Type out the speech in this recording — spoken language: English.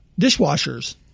dishwashers